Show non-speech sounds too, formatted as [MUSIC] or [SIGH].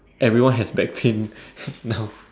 everyone has back pain [LAUGHS] now